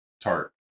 tart